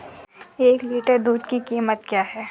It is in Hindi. एक लीटर दूध की कीमत क्या है?